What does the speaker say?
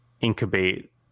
incubate